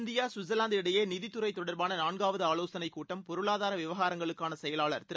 India Switzerland இடையே நிதித் துறை தொடர்பான நாள்காவது ஆலோசனைக் கூட்டம் பொருளாதார விவகாரங்களுக்கான செயலாளர் திரு